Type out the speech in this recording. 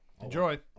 Enjoy